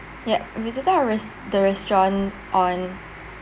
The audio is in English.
ya we visited our rest the restaurant on